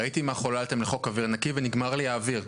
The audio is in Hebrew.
ראיתי מה חוללתם לחוק אוויר נקי ונגמר לי האוויר,